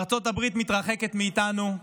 ארצות הברית מתרחקת מאיתנו,